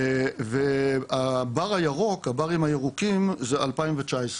הברים הירוקים זה 2019,